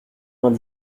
vingt